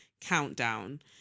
Countdown